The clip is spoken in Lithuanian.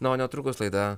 na o netrukus laida